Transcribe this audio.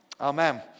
Amen